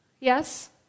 Yes